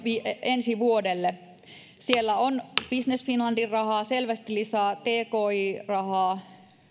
ensi vuodelle siellä on business finlandin rahaa selvästi lisää tki rahaa